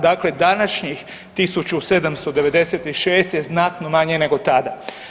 Dakle, današnjih 1.796 je znatno manje nego tada.